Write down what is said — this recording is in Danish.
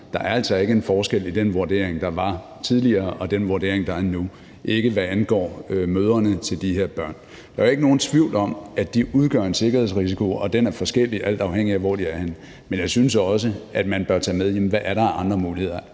Der er altså ikke en forskel i den vurdering, der var tidligere, og den vurdering, der er nu, hvad angår mødrene til de her børn. Der er ikke nogen tvivl om, at de udgør en sikkerhedsrisiko, og den er forskellig, alt afhængig af hvor de er henne. Men jeg synes også, at man bør tage med, hvad der er af andre muligheder.